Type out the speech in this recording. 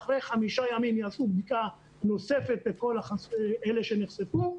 ואחרי חמישה ימים יעשו בדיקה נוספת לכל אלה שנחשפו,